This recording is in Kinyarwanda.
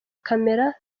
camera